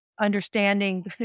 understanding